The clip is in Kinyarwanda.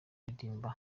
aririmba